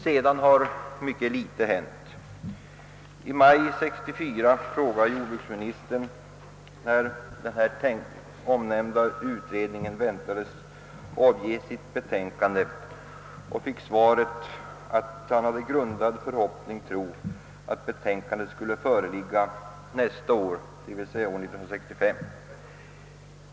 Sedan har mycket litet hänt. I maj 1964 frågade jag jordbruksministern när den här omnämnda utredningen väntades avge sitt betänkande och fick svaret, att han hade grundad förhoppning tro att betänkandet skulle föreligga nästa år, d.v.s. 1965.